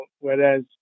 whereas